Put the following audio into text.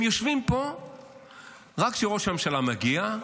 הם יושבים פה רק כשראש הממשלה מגיע,